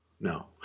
No